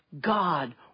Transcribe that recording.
God